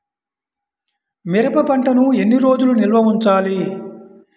మిరప పంటను ఎన్ని రోజులు నిల్వ ఉంచాలి?